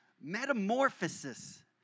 Metamorphosis